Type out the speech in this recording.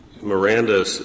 Miranda